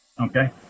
Okay